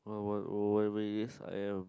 what what whatever it is I am